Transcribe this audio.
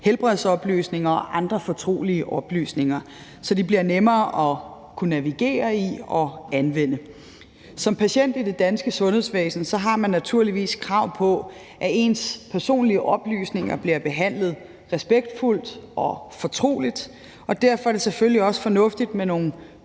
helbredsoplysninger og andre fortrolige oplysninger, så de bliver nemmere at kunne navigere i og anvende. Som patient i det danske sundhedsvæsen har man naturligvis krav på, at ens personlige oplysninger bliver behandlet respektfuldt og fortroligt, og derfor er det selvfølgelig også fornuftigt med nogle